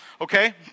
Okay